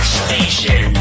station